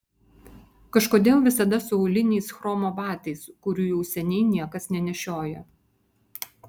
kažkodėl visada su auliniais chromo batais kurių jau seniai niekas nenešioja